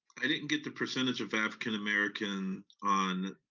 i didn't get the percentage of african american on,